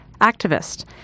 activist